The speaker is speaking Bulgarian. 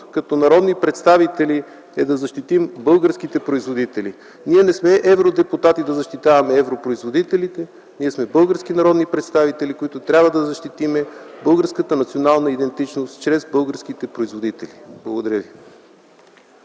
като народни представители е да защитим българските производители. Ние не сме евродепутати да защитаваме европроизводителите. Ние сме български народни представители, които трябва да защитим българската национална идентичност чрез българските производители. Благодаря ви.